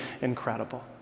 incredible